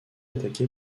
attaqué